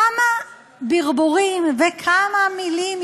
כמה בִרבורים וכמה מילים,